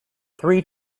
three